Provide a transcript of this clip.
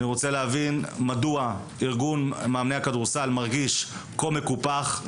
אני רוצה להבין מדוע ארגון מאמני הכדורסל מרגיש כה מקופח,